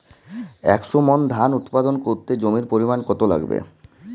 একশো মন ধান উৎপাদন করতে জমির পরিমাণ কত লাগবে?